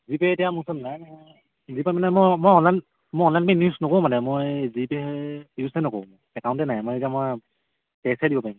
GPay এতিয়া মোৰ ওচৰত নাই নহয় জিপে' মানে মই মই অনলাইন মই অনলাইন পে'ম ইউজ নকৰোঁ মানে মই জিপে' ইউজে নকৰোঁ একাউণ্টতে নাই মই এতিয়া মই কেচহে দিব পাৰিম